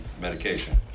medication